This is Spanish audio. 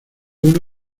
uno